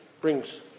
brings